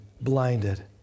blinded